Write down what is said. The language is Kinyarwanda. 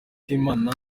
imana